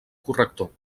corrector